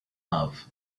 love